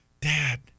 Dad